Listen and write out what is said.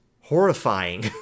horrifying